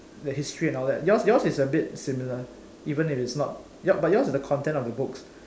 the history and all that your your yours is is a bit similar even if it's not but yours is the content of the book